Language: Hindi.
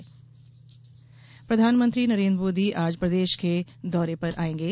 मोदी दौरा प्रधानमंत्री नरेन्द्र मोदी आज प्रदेश के दौरे पर आयेंगे